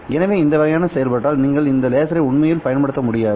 எனவே இந்த வகையான செயல்பாட்டால் நீங்கள் இந்த லேசரை உண்மையில் பயன்படுத்த முடியாது